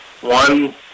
one